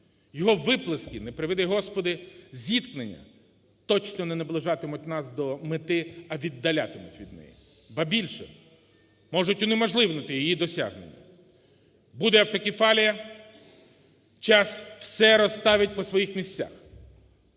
Його виплески, не приведи Господи, зіткнення точно не наближатимуть нас до мети, а віддалятимуть від неї. Або більше - можуть унеможливити її досягнення. Буде автокефалія, час все розставить по своїх місцях.